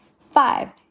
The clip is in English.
Five